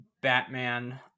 Batman